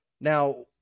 Now